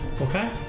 Okay